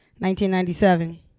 1997